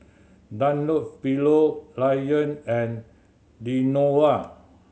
Dunlopillo Lion and Lenovo